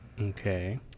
Okay